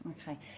Okay